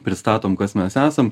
pristatom kas mes esam